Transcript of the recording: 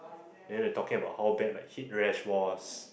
then they talking about how bad like heat rash was